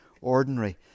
ordinary